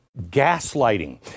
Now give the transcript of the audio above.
gaslighting